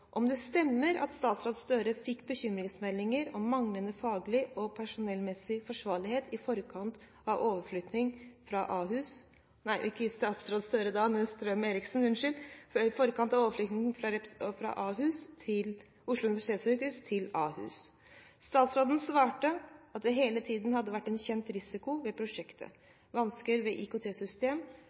om det stemmer at statsråd Strøm-Erichsen fikk bekymringsmeldinger om manglende faglig og personellmessig forsvarlighet i forkant av overflyttingen fra Oslo universitetssykehus til Ahus. Statsråden svarte at det hele tiden hadde vært en kjent risiko ved prosjektet. Vansker med IKT-systemer, for få sengeplasser og mange korridorpasienter er andre problemfelt som vanskeliggjør arbeidet og pasientbehandlingen ved